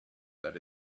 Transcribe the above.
that